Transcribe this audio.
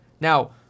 Now